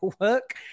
work